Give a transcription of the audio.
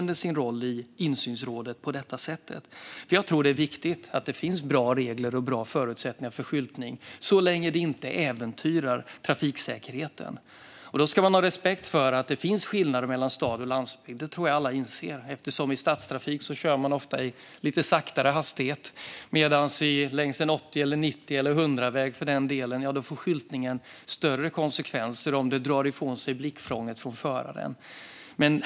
Det är viktigt att det finns bra regler och bra förutsättningar för skyltning så länge det inte äventyrar trafiksäkerheten. Man ska också ha respekt för att det finns skillnader mellan stad och landsbygd. Det tror jag att alla inser. I stadstrafik kör man ofta i lägre hastigheter, medan skyltningen längs en 80, 90 eller 100-väg får större konsekvenser om den drar till sig förarens blick.